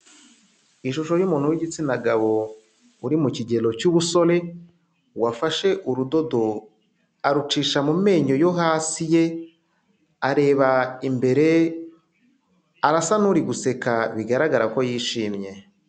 Ishusho y'umuntu w'igitsina gabo uri mu kigero cy'ubusore, wafashe urudodo arucisha mu menyo yo hasi ye, areba imbere, arasa n'uri guseka bigaragara ko yishimye.